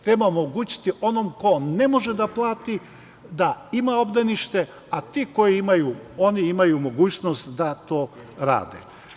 Treba omogućiti onom ko ne može da plati da ima obdanište, a ti koji imaju, oni imaju mogućnost da to rade.